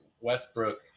Westbrook